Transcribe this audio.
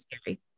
scary